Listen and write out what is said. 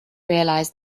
realize